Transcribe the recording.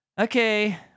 okay